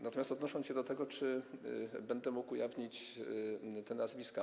Natomiast odniosę się do tego, czy będę mógł ujawnić te nazwiska.